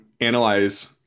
analyze